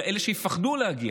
אלא גם אלה שיפחדו להגיע,